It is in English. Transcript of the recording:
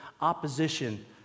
opposition